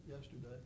yesterday